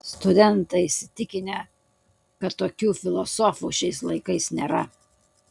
studentai įsitikinę kad tokių filosofų šiais laikais nėra